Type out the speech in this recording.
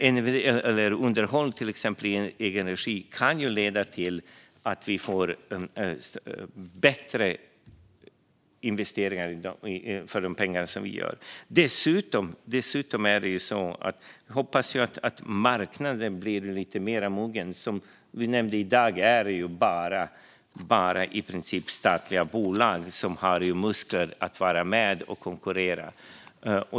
Att bedriva till exempel underhåll i egen regi kan leda till att vi får bättre kvalitet för de investeringar som vi gör. Dessutom kan man hoppas att marknaden blir mer mogen. I dag är det i princip bara statliga bolag som har muskler att vara med och konkurrera.